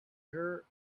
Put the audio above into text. her